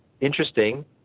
Interesting